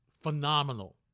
phenomenal